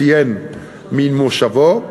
ציין ממושבו,